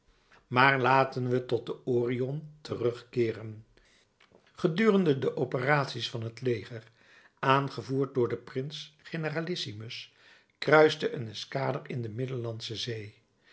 maar laten we tot de orion terugkeeren gedurende de operaties van het leger aangevoerd door den prins generalissimus kruiste een escader in de middellandsche zee